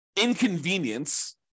inconvenience